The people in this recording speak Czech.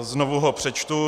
Znovu ho přečtu.